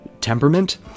temperament